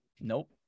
Nope